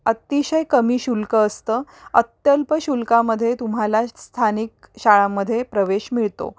अतिशय कमी शुल्क असतं अत्यल्प शुल्कामध्ये तुम्हाला स्थानिक शाळांमध्ये प्रवेश मिळतो